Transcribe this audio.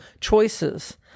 choices